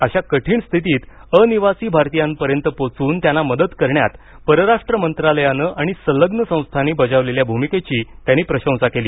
अशा कठीण स्थितीत अनिवासी भारतीयांपर्यंत पोहचून त्यांना मदत करण्यात परराष्ट्र मंत्रालयानं आणि संलग्न संस्थांनी बजावलेल्या भूमिकेची त्यांनी प्रशंसा केली